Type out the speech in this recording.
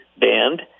band